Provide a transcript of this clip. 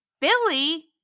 Billy